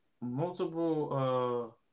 multiple